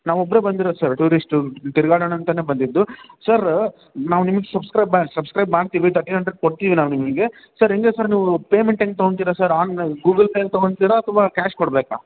ನಾವು ಒಬ್ಬರೇ ಬಂದಿರದು ಸರ್ ಟೂರಿಸ್ಟು ತಿರ್ಗಾಡೋಣ ಅಂತನೇ ಬಂದಿದ್ದು ಸರ್ರು ನಾವು ನಿಮಗೆ ಸಬ್ಸ್ಕ್ರೈಬ್ ಸಬ್ಸ್ಕ್ರೈಬ್ ಮಾಡ್ತೀವಿ ತರ್ಟೀನ್ ಹಂಡ್ರೆಡ್ ಕೊಡ್ತೀವಿ ನಾವು ನಿಮಗೆ ಸರ್ ಹೆಂಗೆ ಸರ್ ನೀವು ಪೇಮೆಂಟ್ ಹೆಂಗ್ ತೊಗೊಳ್ತೀರ ಸರ್ ಆನ್ ಗೂಗಲ್ ಪೇಯಲ್ಲಿ ತೊಗೊಳ್ತೀರಾ ಅಥವಾ ಕ್ಯಾಶ್ ಕೊಡ್ಬೇಕಾ